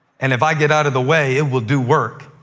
and if i get out of the way, it will do work,